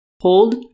hold